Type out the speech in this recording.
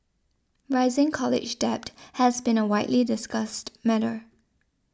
rising college debt has been a widely discussed matter